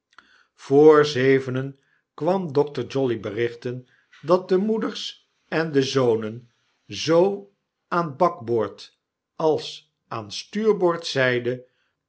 voor zevenen kwam dokter jolly berichten dat de moeders en de zonen zoo aan bakkoord